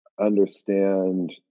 understand